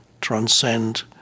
transcend